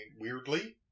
weirdly